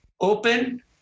open